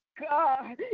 God